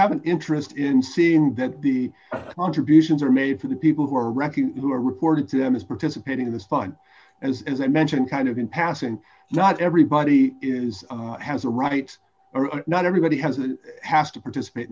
have an interest in seeing that the contributions are made for the people who are wrecking who are reported to them is participating in this fund as as i mentioned kind of in passing not everybody is has a right or not everybody has and has to participate